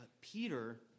Peter